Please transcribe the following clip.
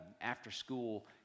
after-school